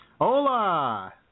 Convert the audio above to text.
Hola